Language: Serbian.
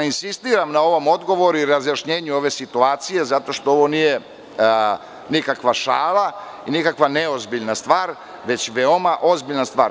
Insistiram na ovom odgovoru i na razjašnjenju ove situacije zato što ovo nije nikakva šala i nikakva neozbiljna stvar, već veoma ozbiljna stvar.